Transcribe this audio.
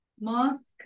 mosque